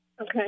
Okay